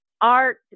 art